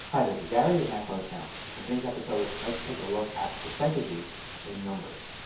hi this is gary with macmost now. on today's episode let's take a look at percentages in numbers.